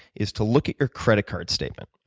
is to look at your credit card statement.